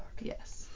Yes